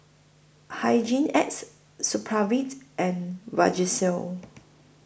Hygin X Supravit and Vagisil